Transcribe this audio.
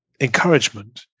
encouragement